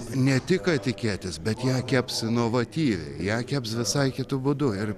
ne tik etiketės bet ją keps inovatyviai ją keps visai kitu būdu ir